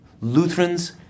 Lutherans